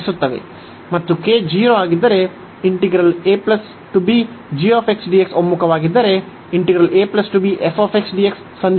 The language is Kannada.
ಮತ್ತು k 0 ಆಗಿದ್ದರೆ ಒಮ್ಮುಖವಾಗಿದ್ದರೆ ಸಂಧಿಸುತ್ತದೆ